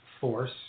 force